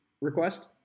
request